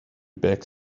back